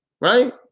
right